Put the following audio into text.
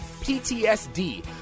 ptsd